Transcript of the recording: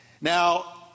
Now